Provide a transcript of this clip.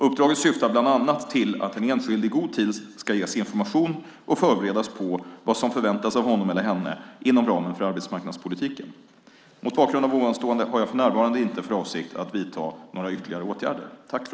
Uppdraget syftar bland annat till att den enskilde i god tid ska ges information och förberedas på vad som förväntas av honom eller henne inom ramen för arbetsmarknadspolitiken. Mot bakgrund av ovanstående har jag för närvarande inte för avsikt att vidta några ytterligare åtgärder.